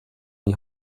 die